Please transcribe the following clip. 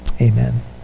amen